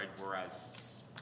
whereas